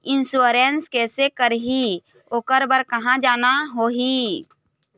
Insurance कैसे करही, ओकर बर कहा जाना होही?